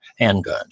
handguns